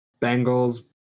Bengals